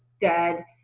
dead